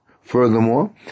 Furthermore